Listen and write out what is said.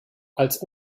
als